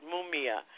Mumia